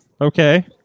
Okay